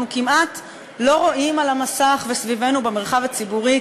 אנחנו כמעט לא רואים על המסך וסביבנו במרחב הציבורי,